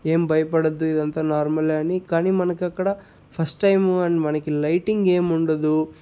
ఏం భయపడద్దు ఇదంతా నార్మలే అని కానీ మనకక్కడ ఫస్ట్ టైము అండ్ మనకి లైటింగ్ ఏముండదు